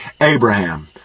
Abraham